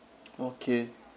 okay